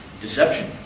deception